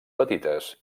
petites